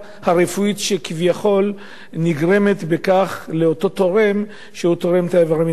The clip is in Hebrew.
מהבעיה הרפואית שכביכול נגרמת מכך לאותו תורם שתורם את האיברים מן החי,